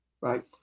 right